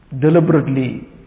deliberately